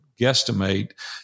guesstimate